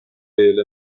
eel